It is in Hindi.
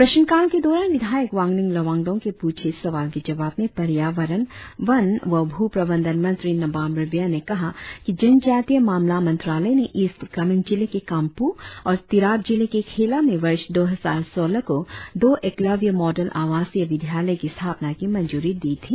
प्रश्न काल के दौरान विधायक वांगलिंग लोवांगडोंग के पुछे सवाल के जवाब में पर्यावरण वन व भ्र प्रबंधन मंत्री नाबाम रिबिया ने कहा कि जनजातीय मामला मंत्रालय ने ईस्ट कामेंग जिले के कामपु और तिराप जिले के खेला में वर्ष दो हजार सोलह को दो एकलव्य मॉडल आवासीय विद्यालय की स्थापना को मंजूरी दी थी